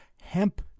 hemp